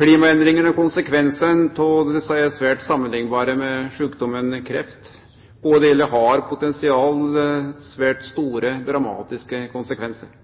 Klimaendringane og konsekvensane av desse kan gjerne samanliknast med sjukdommen kreft – båe delar har potensial til svært store, dramatiske konsekvensar,